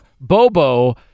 Bobo